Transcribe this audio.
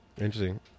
Interesting